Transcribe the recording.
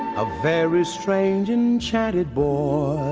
a very strange enchanted boar